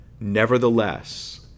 Nevertheless